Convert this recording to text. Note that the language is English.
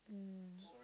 mm